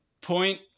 Point